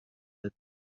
that